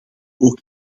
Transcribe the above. ook